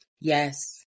yes